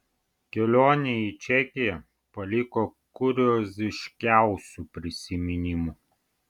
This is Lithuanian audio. kelionė į čekiją paliko kurioziškiausių prisiminimų